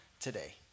today